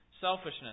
selfishness